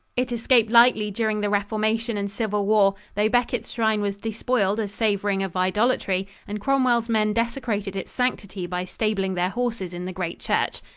it escaped lightly during the reformation and civil war, though becket's shrine was despoiled as savoring of idolatry and cromwell's men desecrated its sanctity by stabling their horses in the great church.